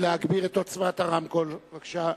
להגביר את עוצמת הרמקול בבקשה.